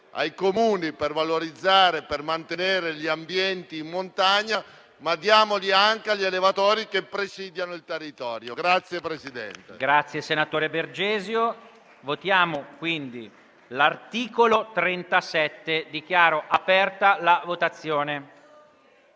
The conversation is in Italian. ai Comuni per valorizzare e mantenere gli ambienti in montagna, ma diamoli anche agli allevatori che presidiano il territorio.